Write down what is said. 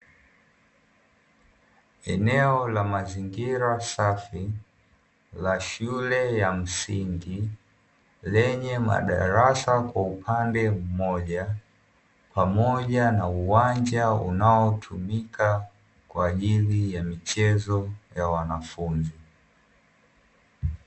Eneo la mazingira safi la shule ya msingi, lenye madarasa kwa upande mmoja. Pamoja na uwanja unaotumika kwa ajili ya michezo ya wanafunzi.